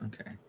Okay